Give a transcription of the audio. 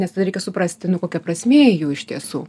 nes tadareikia suprasti nu kokia prasmė jų iš tiesų